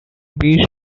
bee